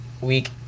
week